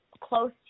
close